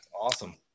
awesome